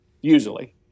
usually